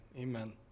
amen